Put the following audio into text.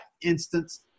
instance